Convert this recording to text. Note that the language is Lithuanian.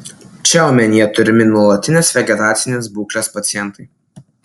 čia omenyje turimi nuolatinės vegetacinės būklės pacientai